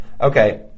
Okay